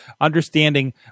understanding